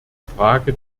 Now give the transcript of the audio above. frage